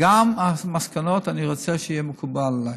גם המסקנות, אני רוצה שיהיו מקובלות עליי,